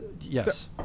Yes